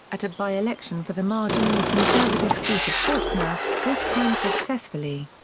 at a by-election for the marginally conservative seat of fawkner, this time successfully.